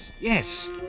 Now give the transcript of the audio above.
yes